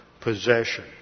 possession